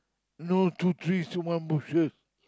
no two trees one bushes